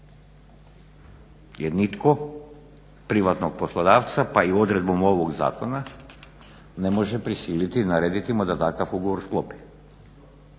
Jer nitko privatnog poslodavca, pa i odredbom ovog zakona ne može prisiliti, narediti mu da takav ugovor sklopi.